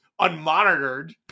unmonitored